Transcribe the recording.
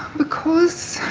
because